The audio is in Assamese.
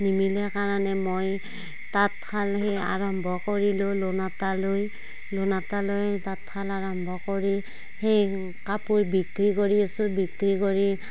নিমিলে কাৰণে মই তাঁতশাল সেই আৰম্ভ কৰিলোঁ লোণ এটা লৈ লোণ এটা লৈ তাঁত শাল আৰম্ভ কৰি সেই কাপোৰ বিক্ৰী কৰি আছোঁ বিক্ৰী কৰি